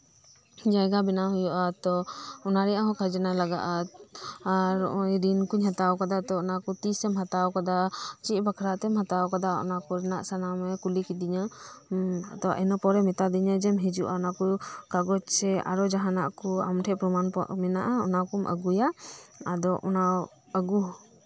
ᱡᱟᱭᱜᱟ ᱵᱮᱱᱟᱣ ᱦᱳᱭᱳᱜᱼᱟ ᱛᱚ ᱚᱱᱟ ᱨᱮᱭᱟᱜ ᱦᱚᱸ ᱠᱷᱟᱡᱽᱱᱟ ᱞᱟᱜᱟᱜᱼᱟ ᱟᱨ ᱱᱚᱜᱚᱭ ᱨᱤᱱ ᱠᱩᱧ ᱦᱟᱛᱟᱣ ᱟᱠᱟᱫᱟ ᱛᱚ ᱚᱱᱟᱠᱚ ᱛᱤᱥᱮᱢ ᱦᱟᱛᱟᱣ ᱟᱠᱟᱫᱟ ᱪᱮᱫ ᱵᱟᱠᱷᱨᱟᱛᱮᱢ ᱦᱟᱛᱟᱣ ᱟᱠᱟᱫᱟ ᱚᱱᱟᱠᱚ ᱥᱟᱱᱟᱢᱟᱜ ᱮᱭ ᱠᱩᱞᱤ ᱠᱤᱫᱤᱧᱟ ᱦᱩᱸ ᱤᱱᱟᱹᱯᱚᱨᱮᱭ ᱢᱮᱛᱟᱫᱤᱧᱹ ᱡᱮᱢ ᱦᱤᱡᱩᱜᱼᱟ ᱚᱱᱟᱠᱚ ᱠᱟᱜᱚᱡᱽ ᱟᱨᱦᱚᱸ ᱡᱟᱦᱟᱱᱟᱜ ᱠᱚ ᱟᱢ ᱴᱷᱮᱱ ᱯᱨᱚᱢᱟᱱ ᱢᱮᱱᱟᱜᱼᱟ ᱚᱱᱟᱠᱚᱢ ᱟᱜᱩᱭᱟ ᱟᱫᱚ ᱚᱱᱟ ᱟᱜᱩ